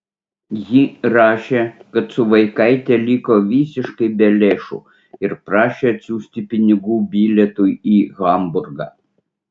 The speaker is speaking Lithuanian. ji rašė kad su vaikaite liko visiškai be lėšų ir prašė atsiųsti pinigų bilietui į hamburgą